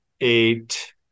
eight